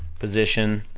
position,